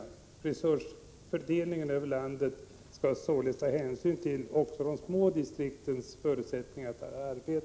Resursfördelningen över landet skall således ta hänsyn till även de små distriktens förutsättningar att arbeta.